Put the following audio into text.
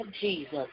Jesus